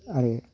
आरो